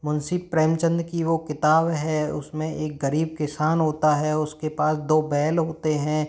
मुंशी प्रेमचंद की वो किताब है उसमें एक गरीब किसान होता है उसके पास दो बैल होते हैं